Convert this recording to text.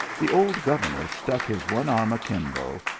the old governor stuck his one arm a-kimbo,